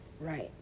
right